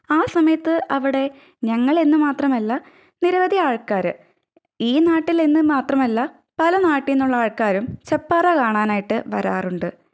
ആ സമയത്ത് അവിടെ ഞങ്ങളെന്നു മാത്രമല്ല നിരവധി ആള്ക്കാർ ഈ നാട്ടിലെന്നു മാത്രമല്ല പല നാട്ടിൽ നിന്നുള്ള ആള്ക്കാരും ചെപ്പാറ കാണാനായിട്ട് വരാറുണ്ട്